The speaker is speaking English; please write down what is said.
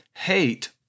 Hate